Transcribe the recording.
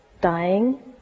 dying